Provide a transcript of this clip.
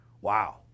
Wow